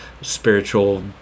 spiritual